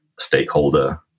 stakeholder